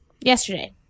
Yesterday